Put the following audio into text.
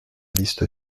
liste